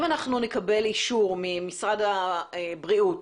אם אנחנו נקבל אישור ממשרד הבריאות